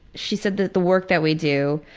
she said that the work that we do,